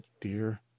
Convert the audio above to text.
dear